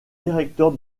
directeur